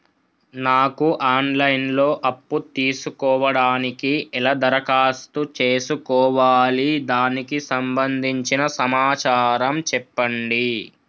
నాకు online లో అప్పు తీసుకోవడానికి ఎలా దరఖాస్తు చేసుకోవాలి దానికి సంబంధించిన సమాచారం చెప్పండి?